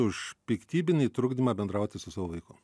už piktybinį trukdymą bendrauti su savo vaiku